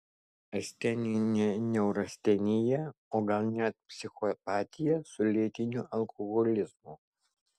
asteninė neurastenija o gal net psichopatija su lėtiniu alkoholizmu